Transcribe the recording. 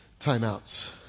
timeouts